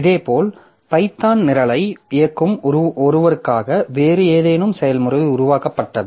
இதேபோல் பைதான் நிரலை இயக்கும் ஒருவருக்காக வேறு ஏதேனும் செயல்முறை உருவாக்கப்பட்டது